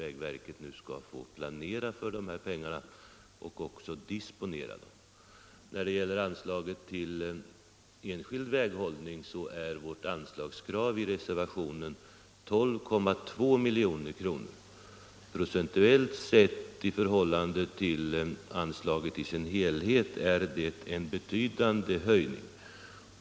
Vägverket skall nu få planera för dessa pengar och även disponera dem. Till den enskilda väghållningen har vi i reservationen krävt ett anslag på 12,2 milj.kr. I förhållande till anslagets helhet är det en betydande höjning centerpartiet därigenom föreslagit.